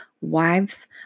wives